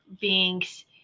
beings